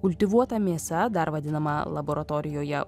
kultivuota mėsa dar vadinama laboratorijoje